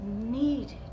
needed